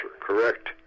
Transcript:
correct